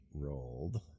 Rolled